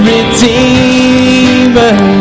Redeemer